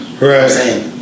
Right